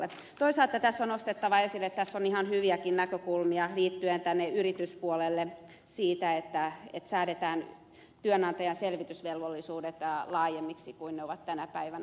toisaalta tässä on nostettava esille että tässä on ihan hyviäkin näkökulmia liittyen tähän yrityspuoleen siitä että säädetään työnantajan selvitysvelvollisuudet laajemmiksi kuin ne ovat tänä päivänä